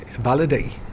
validate